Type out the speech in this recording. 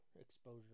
exposure